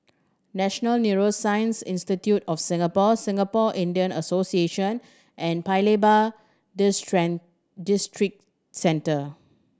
National Neuroscience Institute of Singapore Singapore Indian Association and Paya Lebar Districentre